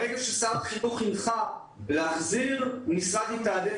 ברגע ששר החינוך הנחה להחזיר המשרד יתעדף